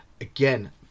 again